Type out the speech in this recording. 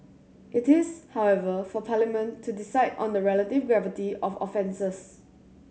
it is however for Parliament to decide on the relative gravity of offences